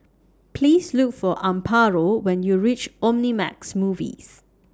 Please Look For Amparo when YOU REACH Omnimax Movies